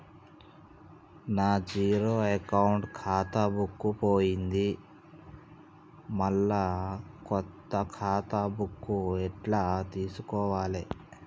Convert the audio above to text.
నా zero account ఖాతా book పోయింది మళ్ళా కొత్త ఖాతా బుక్కు ఎట్ల తీసుకోవాలే?